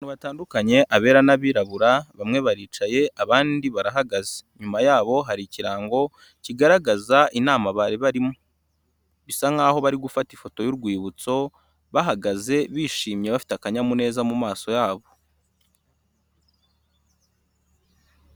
Abantu batandukanye abera n'abirabura bamwe baricaye abandi barahagaze. Inyuma yabo hari ikirango kigaragaza inama bari barimo. Bisa nkaho bari gufata ifoto y'urwibutso, bahagaze bishimye bafite akanyamuneza mu maso ya bo.